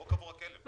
כאן קבור הכלב.